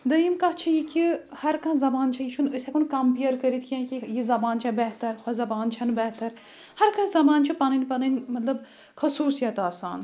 دٔیِم کَتھ چھِ یہِ کہِ ہَرٕ کانٛہہ زَبان چھےٚ یہِ چھُنہٕ أسۍ ہٮ۪کو کَمپِیَر کٔرِتھ کیٚنٛہہ کہِ یہِ زَبان چھےٚ بہتَر ہۄ زَبان چھےٚ نہٕ بہتر ہَرٕ کانٛہہ زَبان چھِ پَنٕنۍ پَنٕنۍ مطلب خصوٗصیت آسان